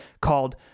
called